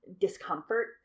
discomfort